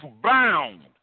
bound